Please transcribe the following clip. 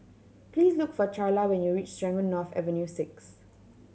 please look for Charla when you reach Serangoon North Avenue Six